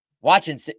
Watching